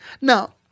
Now